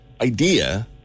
idea